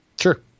Sure